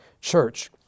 church